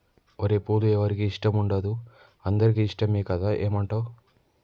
ఓరై పూలు ఎవరికి ఇష్టం ఉండదు అందరికీ ఇష్టమే కదా ఏమంటావ్